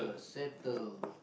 settle